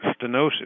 stenosis